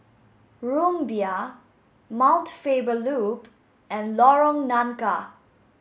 Rumbia Mount Faber Loop and Lorong Nangka